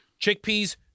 chickpeas